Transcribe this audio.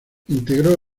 integró